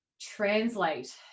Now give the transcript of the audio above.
translate